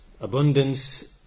abundance